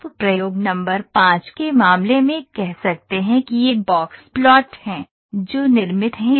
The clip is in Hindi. आप प्रयोग नंबर 5 के मामले में कह सकते हैं कि यह बॉक्स प्लॉट हैं जो निर्मित हैं